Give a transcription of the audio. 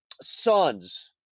sons